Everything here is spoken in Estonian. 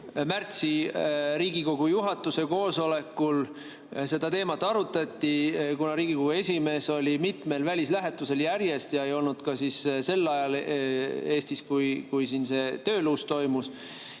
märtsi Riigikogu juhatuse koosolekul seda teemat arutati. Kuna Riigikogu esimees oli mitmel välislähetusel järjest ega olnud ka sel ajal Eestis, kui siin see tööluus toimus,